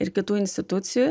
ir kitų institucijų